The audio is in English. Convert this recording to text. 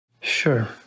Sure